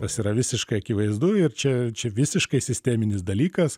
tas yra visiškai akivaizdu ir čia čia visiškai sisteminis dalykas